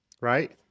right